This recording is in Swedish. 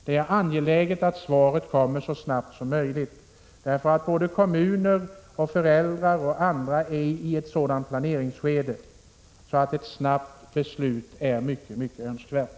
Det är angeläget att svaret kommer så snabbt som möjligt, eftersom kommuner, föräldrar och andra är i ett sådant planeringsskede att ett snabbt beslut är mycket önskvärt.